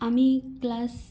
আমি ক্লাস